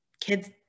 kids